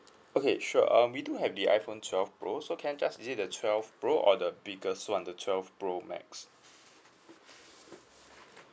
okay sure um we do have the iphone twelve pro so can I just is it the twelve pro or the biggest [one] the twelve pro max